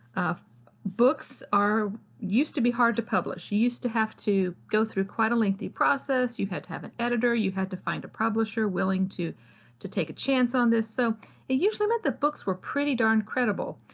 ah books used to be hard to publish. you used to have to go through quite a lengthy process. you had to have an editor, you had to find a publisher willing to to take a chance on this, so it usually meant that books were pretty darn credible.